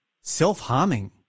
self-harming